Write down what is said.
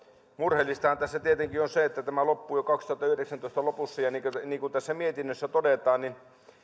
murheellistahan tässä tietenkin on se että tämä loppuu jo vuoden kaksituhattayhdeksäntoista lopussa ja niin niin kuin tässä mietinnössä todetaan